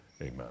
amen